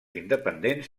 independents